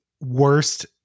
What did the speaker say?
worst